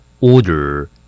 Order